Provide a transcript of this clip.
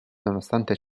nonostante